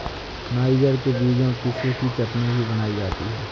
niger के बीजों की सूखी चटनी भी बनाई जाती है